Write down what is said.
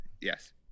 yes